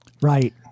Right